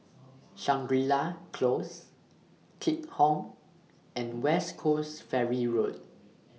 Shangri La Close Keat Hong and West Coast Ferry Road